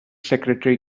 secretary